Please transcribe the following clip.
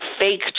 fake